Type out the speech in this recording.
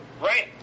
Right